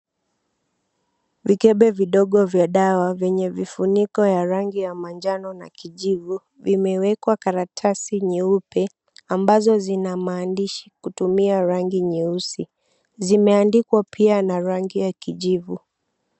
Vikebe vidogo vya dawa venye vifuniko ya rangi ya manjano na kijivu imewekwa karatasi nyeupe ambazo zina maandishi kutumia rangi nyeusi, zimeandikwa pia na rangi ya kijivu.